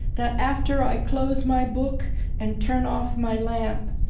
that, after i close my book and turn off my lamp,